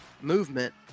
movement